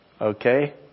Okay